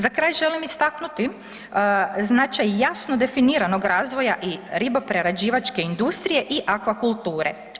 Za kraj želim istaknuti značaj jasno definiranog razvoja i riboprerađivačke industrije i akvakulture.